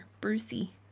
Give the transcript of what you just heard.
Brucey